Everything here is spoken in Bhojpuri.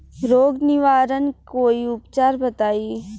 रोग निवारन कोई उपचार बताई?